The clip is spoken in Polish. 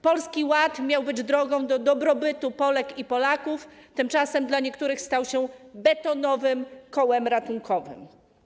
Polski Ład miał być drogą do dobrobytu Polek i Polaków, tymczasem dla niektórych stał się betonowym kołem ratunkowym.